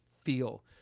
feel